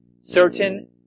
certain